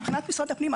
מבחינת משרד הפנים,